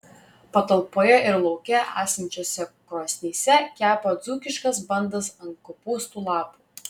patalpoje ir lauke esančiose krosnyse kepa dzūkiškas bandas ant kopūstų lapų